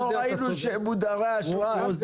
לא ראינו שהם מודרי אשראי.